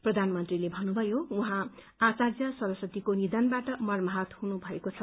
प्रधानमन्त्रीले भन्नुभयो उहाँ सरस्वतीको निधनबाट मर्माहत हुनुभएको छ